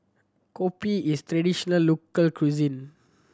kopi is traditional local cuisine